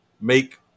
make